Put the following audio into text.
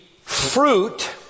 fruit